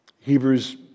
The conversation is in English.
Hebrews